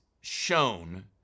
shown